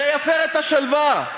זה יפר את השלווה.